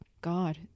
God